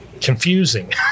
confusing